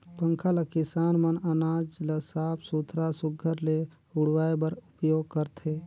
पंखा ल किसान मन अनाज ल साफ सुथरा सुग्घर ले उड़वाए बर उपियोग करथे